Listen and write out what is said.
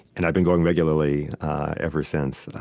and i've been going regularly ever since.